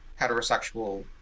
heterosexual